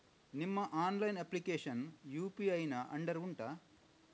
ನಿಮ್ಮ online application UPI ನ ಅಂಡರ್ ಉಂಟಾ